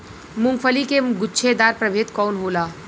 मूँगफली के गुछेदार प्रभेद कौन होला?